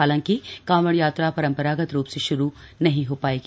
हालांकि कांवड़ यात्रा परंपरागत रूप से शुरू नहीं हो पायेगा